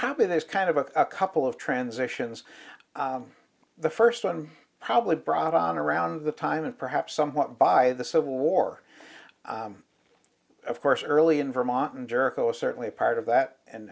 probably there's kind of a couple of transitions the first one probably brought on around the time and perhaps somewhat by the civil war of course early in vermont and jericho is certainly part of that and